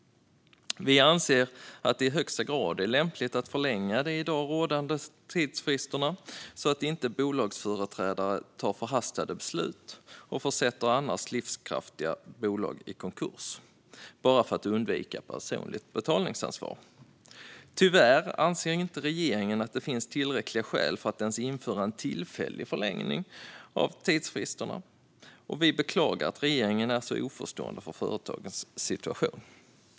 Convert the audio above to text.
Vi anser att det i högsta grad är lämpligt att förlänga de i dag rådande tidsfristerna så att inte bolagsföreträdare tar förhastade beslut och försätter annars livskraftiga bolag i konkurs bara för att undvika personligt betalningsansvar. Tyvärr anser inte regeringen att det finns tillräckliga skäl för att ens införa en tillfällig förlängning av tidsfristerna. Vi beklagar att regeringen är så oförstående för företagens situation.